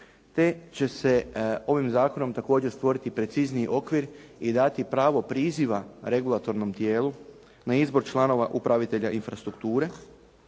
te će se ovim zakonom također stvoriti precizniji okvir i dati pravo priziva regulatornom tijelu na izbor članova upravitelja infrastrukture